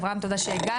אברהם תודה שהגעת,